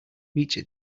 reached